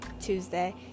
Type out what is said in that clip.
tuesday